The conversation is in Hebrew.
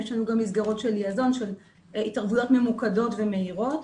יש לנו גם מסגרות של התערבויות ממוקדות ומהירות.